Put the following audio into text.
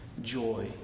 Joy